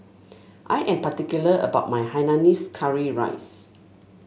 I am particular about my Hainanese Curry Rice